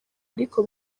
ariko